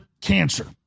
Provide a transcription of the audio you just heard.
cancer